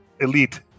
elite